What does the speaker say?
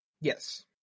Yes